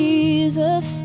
Jesus